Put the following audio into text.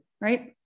right